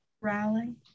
Rally